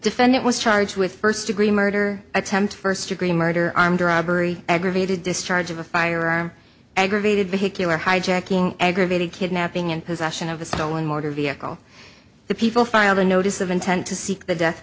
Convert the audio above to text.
defendant was charged with first degree murder attempt first degree murder armed robbery aggravated discharge of a firearm aggravated vehicular hijacking aggravated kidnapping and possession of a stolen motor vehicle the people filed a notice of intent to seek the death